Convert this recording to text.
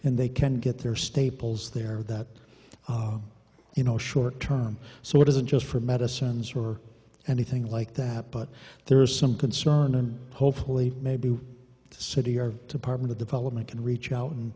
and they can get their staples there that you know short term so it isn't just for medicines or anything like that but there is some concern and hopefully maybe a city or department of the parliament can reach out and